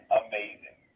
amazing